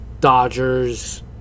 Dodgers